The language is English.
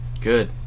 Good